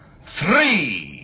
three